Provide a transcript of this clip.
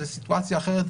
זאת סיטואציה אחרת,